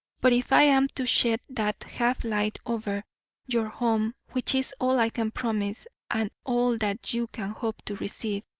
but if i am to shed that half-light over your home which is all i can promise and all that you can hope to receive,